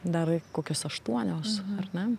dar kokios aštuonios ar ne